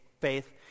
faith